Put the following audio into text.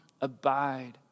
abide